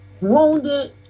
wounded